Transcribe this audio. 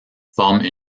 forme